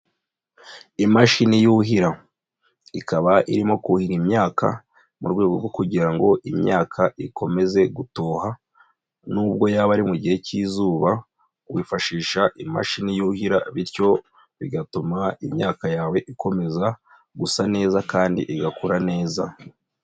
Imashini yuhira ikaba irimo kuhira imyaka mu rwego rwo kugira ngo imyaka ikomeze gutoha n'ubwo yaba ari mu gihe cy'izuba wifashisha imashini yuhira bityo bigatuma imyaka yawe ikomeza gusa neza kandi igakura neza.